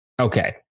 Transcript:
Okay